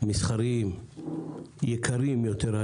מסחריים יקרים יותר,